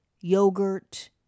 yogurt